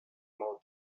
mouth